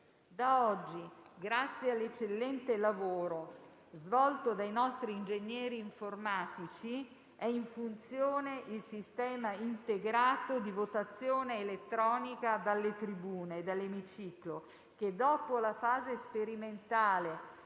Da oggi, grazie all'eccellente lavoro svolto dai nostri ingegneri informatici, è in funzione il sistema integrato di votazione elettronica dalle tribune e dall'emiciclo che - dopo la fase sperimentale